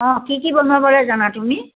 অঁ কি কি বনাবলৈ জানা তুমি